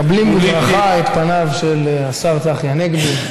מקבלים בברכה את פניו של השר צחי הנגבי.